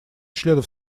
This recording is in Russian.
членов